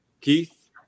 Keith